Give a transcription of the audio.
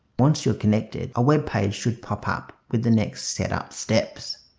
once you're connected a web page should pop up with the next setup steps.